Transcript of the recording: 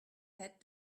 het